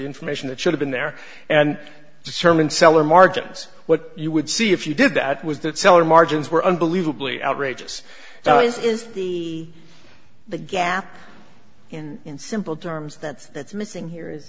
information that should have been there and determine sell or margins what you would see if you did that was that seller margins were unbelievably outrageous now is is he the gap and in simple terms that's that's missing here is